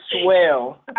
swell